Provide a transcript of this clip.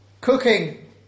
cooking